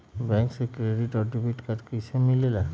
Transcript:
Bank से credit और debit card कैसी मिलेला?